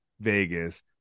Vegas